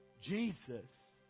Jesus